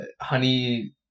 honey